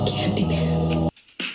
Candyman